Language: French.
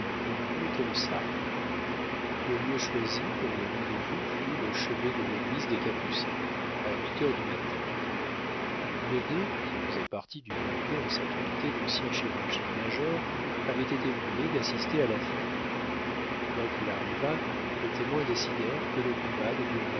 était le sabre le lieu choisi pour le rendez-vous fut le chevet de l'église des capucins à huit heures du matin goddet qui faisait partie du banquet en sa qualité d'ancien chirurgien-major avait été prié d'assister à l'affaire quoi qu'il arrivât les témoins décidèrent que le combat